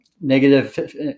negative